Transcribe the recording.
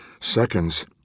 seconds